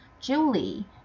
julie